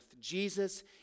Jesus